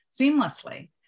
seamlessly